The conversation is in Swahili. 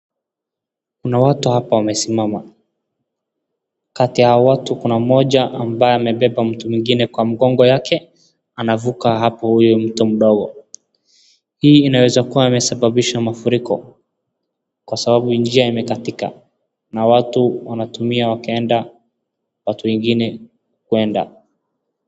Kuna watu hapa wamesimama. Kati ya hao watu kuna mmoja ambaye amebeba mtu mwingine kwa mgongo yake, anavuka hapo huyo mto mdogo. Hii inaweza kuwa amesababisha mafuriko kwa sababu njia imekatika na watu wanatumia wakienda, watu wengine kuenda.